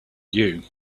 you